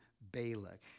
Balak